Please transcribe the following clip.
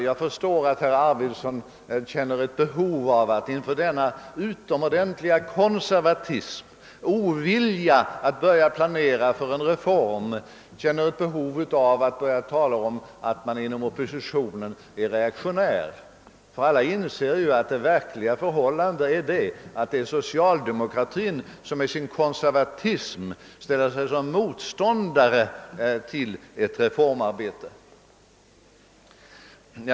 Jag förstår att herr Arvidson inför denna utomordentliga konservatism och ovilja att börja planera för en reform känner ett behov av att börja tala om att man inom oppositionen är reaktionär. Alla inser ju att det verkliga förhållandet är att det är socialdemokratin som i sin konservatism ställer sig som motståndare till ett reformarbete.